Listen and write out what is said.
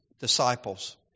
disciples